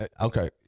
Okay